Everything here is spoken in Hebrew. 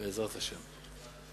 בעזרת השם.